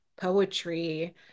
poetry